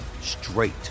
straight